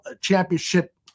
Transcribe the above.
championship